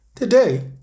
Today